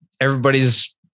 everybody's